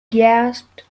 gasped